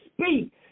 speak